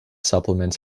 supplements